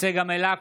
צגה מלקו,